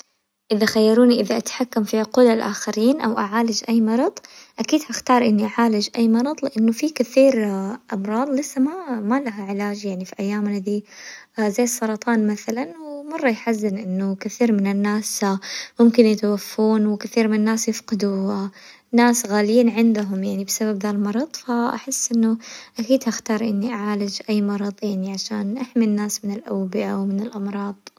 اذا خيروني اذا اتحكم في عقول الاخرين او اعالج اي مرض، اكيد حختار اني اعالج اي مرض، لانه في كثير امراض لسه ما ما لها علاج يعني في ايامنا دي، زي السرطان مثلا ومرة يحزن انه كثير من الناس ممكن يتوفون وكثير من الناس يفقدوا ناس غاليين عندهم يعني بسبب ذا المرض، فاحس انه اكيد اختار اني اعالج اي مرض يعني عشان احمي الناس من الاوبئة ومن الامراض.